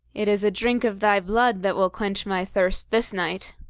it is a drink of thy blood that will quench my thirst this night.